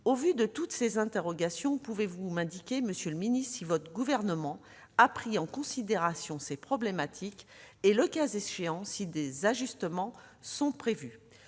Au vu de toutes ces interrogations, pouvez-vous m'indiquer, monsieur le ministre, si votre gouvernement a pris en considération ces problématiques, et, le cas échéant, si des ajustements sont prévus ?